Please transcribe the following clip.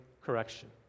correction